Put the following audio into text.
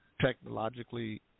technologically